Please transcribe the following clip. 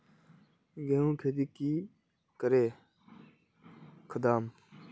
गेंहू खेती की करे बढ़ाम?